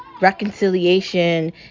reconciliation